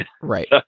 Right